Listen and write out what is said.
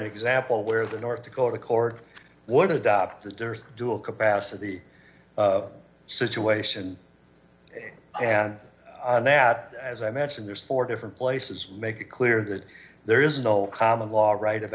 example where the north dakota court would adopt the dearth do a capacity situation and nat as i mentioned there's four different places make it clear that there is no common law right of